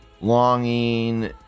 longing